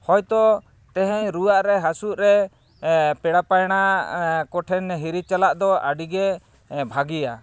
ᱦᱳᱭᱛᱚ ᱛᱮᱦᱮᱧ ᱨᱩᱣᱟᱹᱜ ᱨᱮ ᱦᱟᱥᱩᱜ ᱨᱮ ᱯᱮᱲᱟ ᱯᱟᱹᱦᱲᱟᱹᱜ ᱠᱚᱴᱷᱮᱱ ᱦᱤᱨᱤ ᱪᱟᱞᱟᱜ ᱫᱚ ᱟᱹᱰᱤ ᱜᱮ ᱵᱷᱟᱹᱜᱤᱭᱟ